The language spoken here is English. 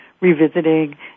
revisiting